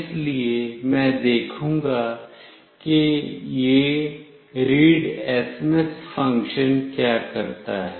इसलिए मैं देखूंगा कि यह readsms फ़ंक्शन क्या करता है